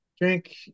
drink